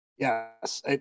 Yes